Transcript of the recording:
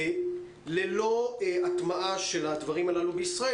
ללא הטמעה של הדברים הללו בישראל,